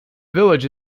village